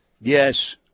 Yes